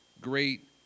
great